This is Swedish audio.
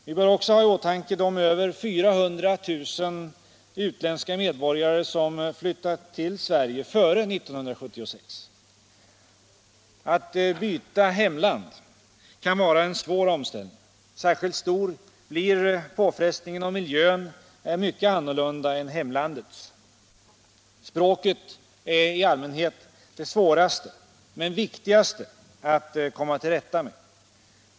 Vi bör också ha i åtanke de över 400 000 utländska medborgare som flyttat till Sverige före 1976. Att byta hemland kan innebära en svår omställning. Särskilt stor blir påfrestningen om miljön är mycket annorlunda än hemlandets. Språket är i allmänhet det svåraste men viktigaste att komma till rätta med.